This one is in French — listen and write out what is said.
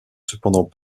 cependant